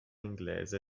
inglese